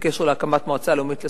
בקשר להקמת מועצה לאומית לספורט,